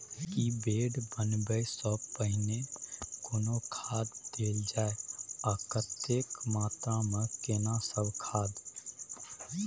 की bed बनबै सॅ पहिने कोनो खाद देल जाय आ कतेक मात्रा मे केना सब खाद?